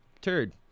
turd